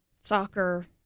soccer